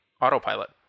autopilot